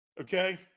Okay